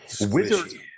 wizard